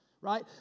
right